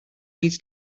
needs